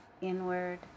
inward